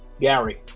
Gary